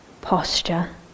posture